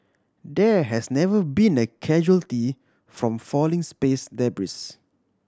there has never been a casualty from falling space debris